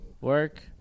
Work